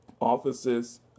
offices